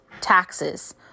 taxes